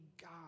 God